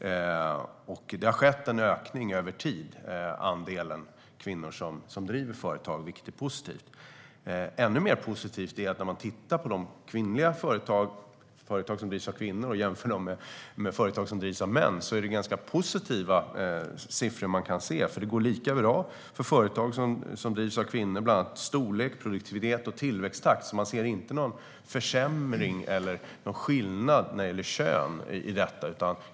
Det har skett en ökning över tid av andelen kvinnor som driver företag, vilket är positivt. Ännu mer positivt är det att när man tittar på de företag som drivs av kvinnor och jämför dem med företag som drivs av män är siffrorna ganska positiva. Det går lika bra för företag som drivs av kvinnor. Det gäller storlek, produktivitet och tillväxttakt. Det finns alltså ingen försämring eller skillnad när det gäller kön.